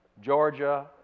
Georgia